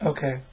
Okay